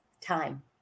time